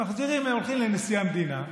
הולכים לנשיא המדינה,